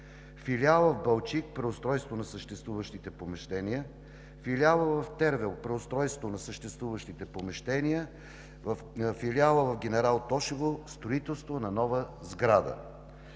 Филиалът в Балчик – преустройство на съществуващите помещения; Филиалът в Тервел – преустройство на съществуващите помещения; Филиалът в Генерал Тошево – строителство на нова сграда;